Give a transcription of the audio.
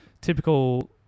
Typical